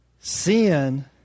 Sin